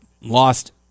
lost